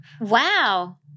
Wow